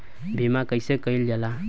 बीमा कइसे कइल जाला?